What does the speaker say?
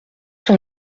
sur